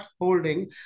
holding